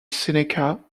seneca